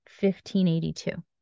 1582